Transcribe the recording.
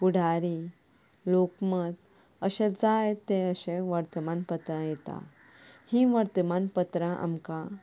पुढारी लोकमत अशे जायते अशे वर्तमानपत्रां येता हीं वर्तमानपत्रां आमकां